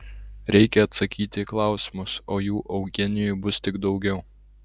reikia atsakyti į klausimus o jų eugenijui bus tik daugiau